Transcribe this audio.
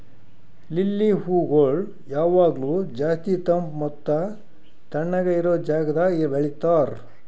lily ಹೂಗೊಳ್ ಯಾವಾಗ್ಲೂ ಜಾಸ್ತಿ ತಂಪ್ ಮತ್ತ ತಣ್ಣಗ ಇರೋ ಜಾಗದಾಗ್ ಬೆಳಿತಾರ್